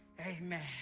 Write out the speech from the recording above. Amen